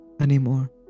anymore